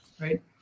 right